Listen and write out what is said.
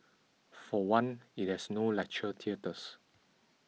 for one it has no lecture theatres